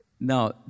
Now